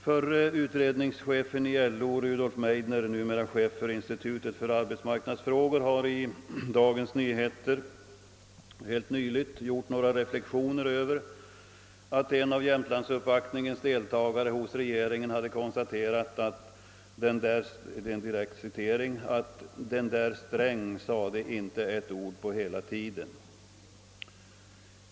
Förre utredningschefen i LO Rudolf Meidner, numera chef för institutet för arbetsmarknadsfrågor, har i Dagens Nyheter gjort några reflexioner över att en av jämtlandsuppvaktningens deltagare hos regeringen hade konstaterat att »den där Sträng sade inte ett ord på hela tiden».